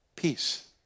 Peace